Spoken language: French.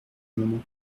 moment